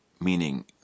meaning